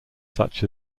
such